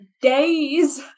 days